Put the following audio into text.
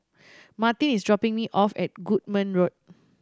Martin is dropping me off at Goodman Road